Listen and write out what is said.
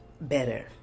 better